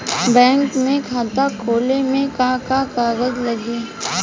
Bank में खाता खोले मे का का कागज लागी?